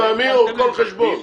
חד פעמי, או כל חשבון?